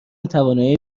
توانایی